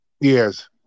Yes